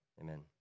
Amen